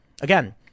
Again